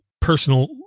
personal